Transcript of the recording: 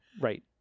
Right